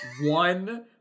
one